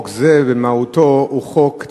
חוק זה במהותו הוא חוק צרכני,